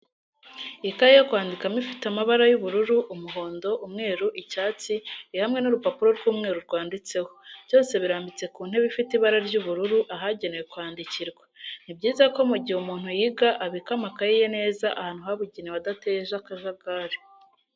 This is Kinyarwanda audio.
Ikaye yo kwandikano ifite amabara y'ubururu, umuhondo, umweru icyatsi iri hamwe n'urupapuro rw'umweru rwanditseho, byose birambitse ku ntebe ifite ibara ry'ubururu ahagenewe kwandikirwa. Ni byiza ko mu gihe umuntu yiga abika amakayi ye neza ahantu habugenewe adateje akajagari.